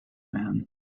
man